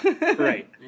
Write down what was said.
Right